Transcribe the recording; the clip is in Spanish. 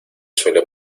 suele